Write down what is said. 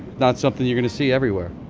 not something you're going to see everywhere